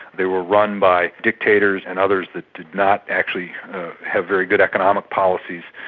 they were run by dictators and others that did not actually have very good economic policies,